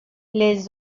les